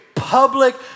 Public